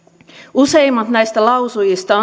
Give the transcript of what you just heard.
useimmat näistä lausujista